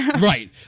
Right